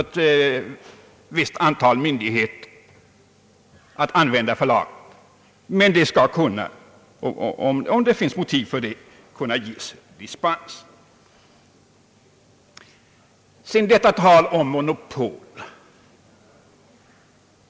Ett visst antal myndigheter skall generellt använda förlaget, men det skall — om det finns motiv härför — kunna ges dispens. Sedan talet om monopol.